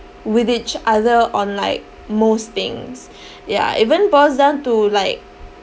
with each other on like most things ya even boils down to like